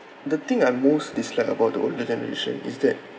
the thing I most dislike about the older generation is that